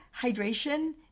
hydration